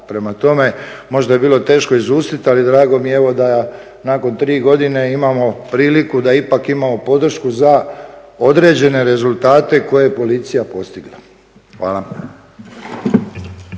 Prema tome, možda je bilo teško izustit ali drago mi je da nakon tri godine imamo priliku da ipak imamo podršku za određene rezultate koje je policija postigla. Hvala.